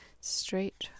straight